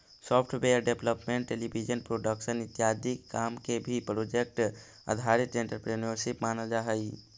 software development television production इत्यादि काम के भी प्रोजेक्ट आधारित एंटरप्रेन्योरशिप मानल जा हई